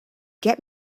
get